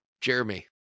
Jeremy